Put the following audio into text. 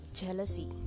jealousy